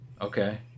Okay